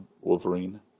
Wolverine